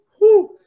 whoo